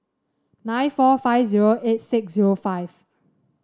nine four five zero eight six zerofive